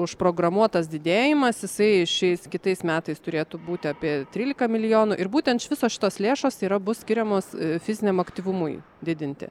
užprogramuotas didėjimas jisai šiais kitais metais turėtų būti apie trylika milijonų ir būtent visos šitos lėšos yra bus skiriamas fiziniam aktyvumui didinti